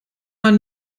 man